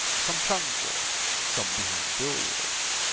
some trunk-work, some behind-door-work